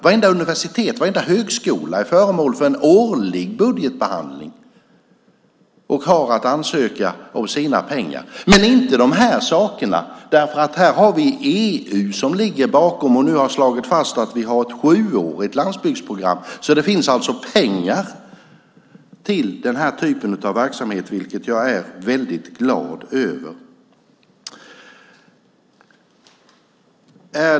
Vartenda universitet och varenda högskola är föremål för en årlig budgetbehandling och har att ansöka om sina pengar. Men det gäller inte dessa verksamheter därför att här ligger EU bakom. EU har slagit fast att vi har ett sjuårigt landsbygdsprogram. Det finns alltså pengar till den här typen av verksamhet, vilket jag är mycket glad över.